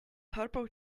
turbo